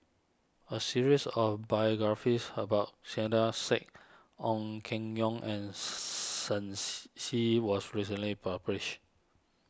a series of biographies about Saiedah Said Ong Keng Yong and Shen Xi Xi was recently published